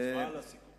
הצבעה על הסיכום.